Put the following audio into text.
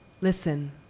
Listen